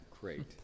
great